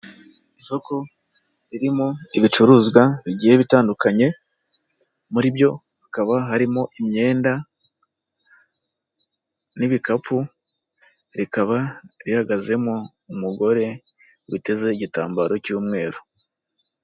Isoko ririmo ibicuruzwa bigiye bitandukanye, muri byo hakaba harimo imyenda n'ibikapu, rikaba rihagazemo umugore witeze igitambaro cy'umweru.